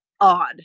odd